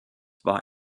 war